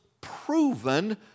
proven